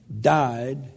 died